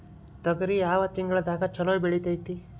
ತೊಗರಿ ಯಾವ ತಿಂಗಳದಾಗ ಛಲೋ ಬೆಳಿತೈತಿ?